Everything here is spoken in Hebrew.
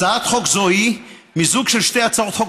הצעת חוק זו היא מיזוג של שתי הצעות חוק